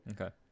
Okay